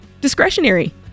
discretionary